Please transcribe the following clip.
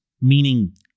meaning